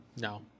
No